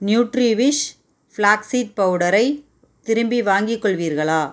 Nutrivish flax seed பவுடரை திரும்பி வாங்கிக் கொள்வீர்களா